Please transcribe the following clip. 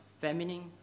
feminine